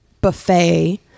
buffet